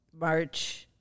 March